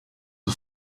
the